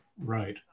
right